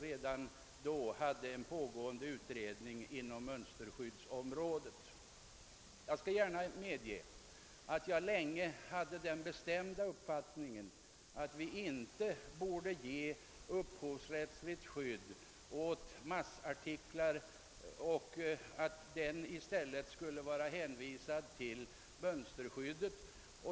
Redan då pågick nämligen utredningen inom mönsterskyddsområdet. Jag skall medge att jag länge hade den bestämda uppfattningen att vi inte borde ge upphovsrättsligt skydd åt massartiklar utan att dessa i stället skulle vara hänvisade till mönsterskydd.